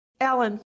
Alan